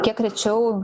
kiek rečiau